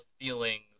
feelings